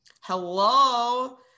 hello